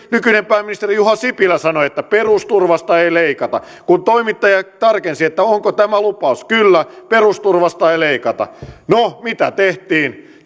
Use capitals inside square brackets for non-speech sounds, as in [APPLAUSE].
nykyinen pääministeri juha sipilä sanoi että perusturvasta ei leikata kun toimittaja tarkensi että onko tämä lupaus kyllä perusturvasta ei leikata no mitä tehtiin [UNINTELLIGIBLE]